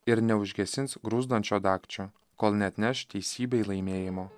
ir neužgesins gruzdančio dagčio kol neatneš teisybei laimėjimo